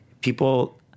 people